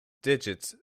digits